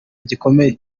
gikomeye